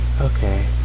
Okay